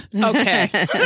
okay